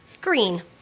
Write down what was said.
Green